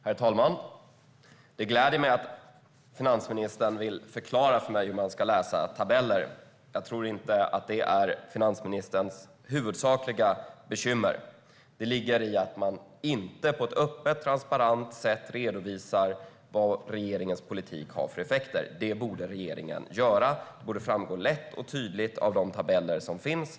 Herr talman! Det gläder mig att finansministern vill förklara för mig hur man ska läsa tabeller. Jag tror inte att det är finansministerns huvudsakliga bekymmer, utan det består i att man inte på ett öppet och transparent sätt redovisar vad regeringens politik har för effekter. Det borde regeringen göra så att det tydligt framgår av de tabeller som finns.